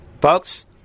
folks